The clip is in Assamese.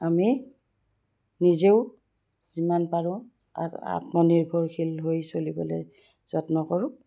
আমি নিজেও যিমান পাৰোঁ আত্মনিৰ্ভৰশীল হৈ চলিবলৈ যত্ন কৰোঁ